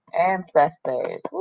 Ancestors